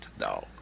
No